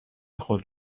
خود